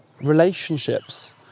Relationships